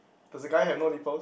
does the guy have no nipples